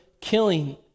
killing